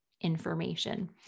information